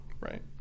Right